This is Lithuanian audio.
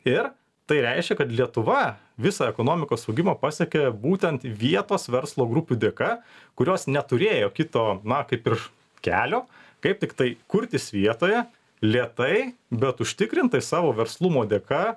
ir tai reiškia kad lietuva visą ekonomikos augimą pasiekė būtent vietos verslo grupių dėka kurios neturėjo kito na kaip ir kelio kaip tiktai kurtis vietoje lėtai bet užtikrintai savo verslumo dėka